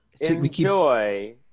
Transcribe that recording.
Enjoy